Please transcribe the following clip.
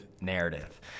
narrative